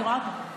אני רואה אותך.